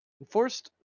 Enforced